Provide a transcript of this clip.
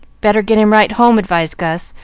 better get him right home, advised gus,